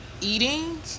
eating